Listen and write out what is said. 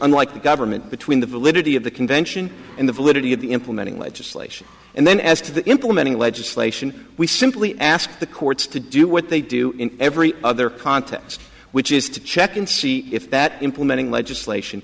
unlike government between the validity of the convention in the validity of the implementing legislation and then as to the implementing legislation we simply ask the courts to do what they do in every other context which is to check and see if that implementing legislation